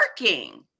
working